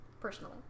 personally